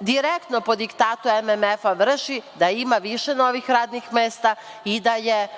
direktno po diktatu MMF vrši, da ima više novih radnih mesta i da je